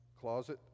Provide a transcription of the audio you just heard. closet